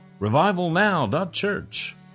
revivalnow.church